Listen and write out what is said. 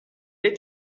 est